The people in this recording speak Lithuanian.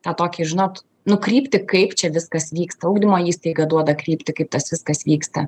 tą tokį žinot nu kryptį kaip čia viskas vyksta ugdymo įstaiga duoda kryptį kaip tas viskas vyksta